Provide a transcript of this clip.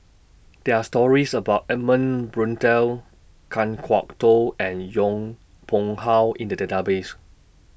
There Are stories about Edmund Blundell Kan Kwok Toh and Yong Pung How in The Database